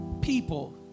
people